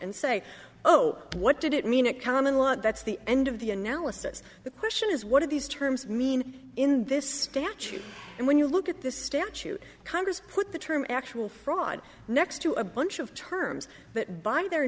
and say oh what did it mean a common law and that's the end of the analysis the question is what are these to her i mean in this statute and when you look at this statute congress put the term actual fraud next to a bunch of terms that by their